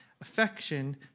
Affection